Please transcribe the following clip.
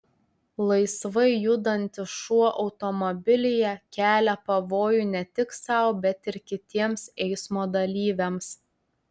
laisvai judantis šuo automobilyje kelia pavojų ne tik sau bet ir kitiems eismo dalyviams